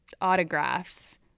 autographs